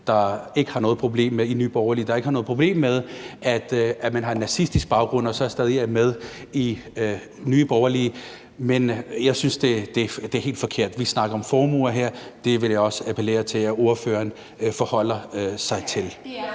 de kredsformænd i Nye Borgerlige, der ikke har noget problem med, at man har en nazistisk baggrund og stadig er med i Nye Borgerlige. Men jeg synes, det er helt forkert. Vi snakker om formuer her, og det vil jeg også appellere til at ordføreren forholder sig til.